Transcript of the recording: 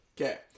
Okay